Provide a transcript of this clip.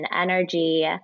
energy